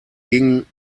ging